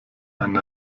einen